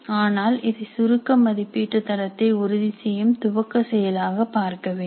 ஆனால் இதை சுருக்க மதிப்பீட்டு தரத்தை உறுதி செய்யும் துவக்க செயலாக பார்க்க வேண்டும்